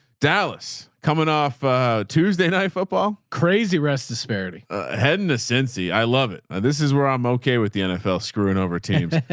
dallas coming off a tuesday night football, crazy rest disparity heading to sensi. i love it. now this is where i'm okay with the nfl screwing over teams.